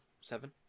Seven